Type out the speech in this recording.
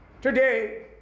today